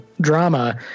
drama